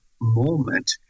moment